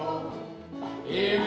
oh yeah